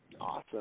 Awesome